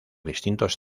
distintos